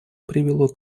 привело